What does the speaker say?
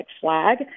flag